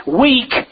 weak